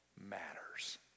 matters